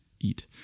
eat